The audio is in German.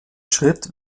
schritt